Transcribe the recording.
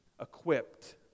Equipped